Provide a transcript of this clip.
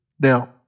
Now